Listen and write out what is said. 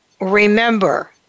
remember